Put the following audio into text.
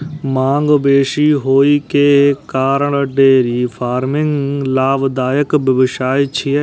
मांग बेसी होइ के कारण डेयरी फार्मिंग लाभदायक व्यवसाय छियै